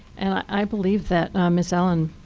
and i believe that miss allen,